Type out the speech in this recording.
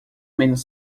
menos